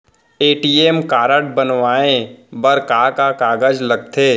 ATM card बनवाये बर का का कागज लगथे?